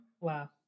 wow